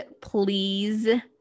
please